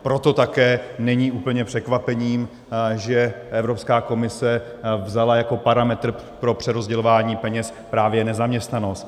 Proto také není úplně překvapením, že Evropská komise vzala jako parametr pro přerozdělování peněz právě nezaměstnanost.